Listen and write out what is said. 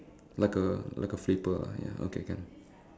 like a like a flipper ah ya okay can